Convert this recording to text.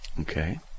Okay